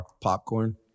popcorn